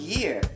Year